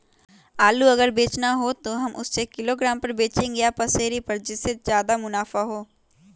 आलू अगर बेचना हो तो हम उससे किलोग्राम पर बचेंगे या पसेरी पर जिससे ज्यादा मुनाफा होगा?